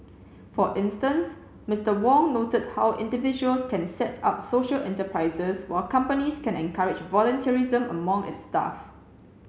for instance Mister Wong noted how individuals can set up social enterprises while companies can encourage volunteerism among its staff